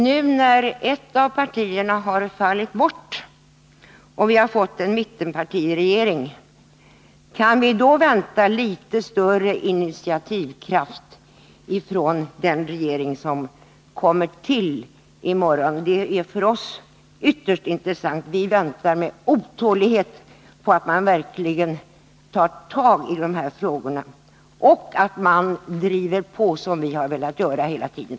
När nu ett av partierna har fallit bort och vi har fått en mittenpartiregering, kan vi då vänta litet större initiativkraft från den regering som formellt kommer till i morgon? Det är en för oss ytterst intressant fråga. Vi väntar med otålighet på att regeringen verkligen tar tag i dessa frågor och driver på, som vi har velat göra hela tiden.